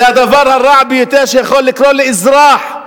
זה הדבר הרע ביותר שיכול לקרות לאזרח.